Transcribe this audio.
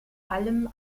allem